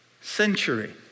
century